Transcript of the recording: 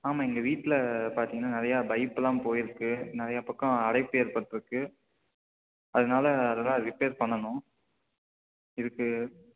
ஆமாம் எங்கள் வீட்டில் பார்த்தீங்கன்னா நிறையா பைப்லாம் போயிருக்குது நிறையா பக்கம் அடைப்பு ஏற்பட்டுருக்கு அதனால் அதெலாம் ரிப்பேர் பண்ணணும் இதுக்கு